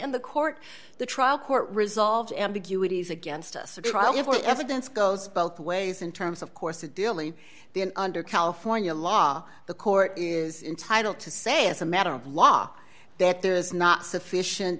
in the court the trial court resolved ambiguities against us a trial for evidence goes both ways in terms of course to dealey the under california law the court is entitled to say as a matter of law that there is not sufficient